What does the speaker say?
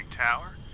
Tower